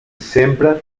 sempre